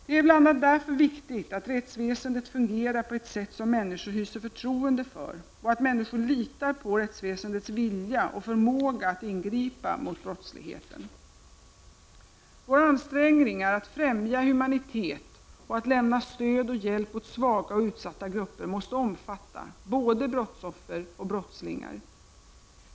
Det är bl.a. därför viktigt att rättsväsendet fungerar på ett sätt som människor hyser förtroende för och att människor litar på rättsväsendets vilja och förmåga att ingripa mot brottsligheten. Våra ansträngningar att främja humanitet och lämna stöd och hjälp åt svaga och utsatta grupper måste omfatta både brottsoffer och brottslingar.